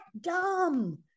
dumb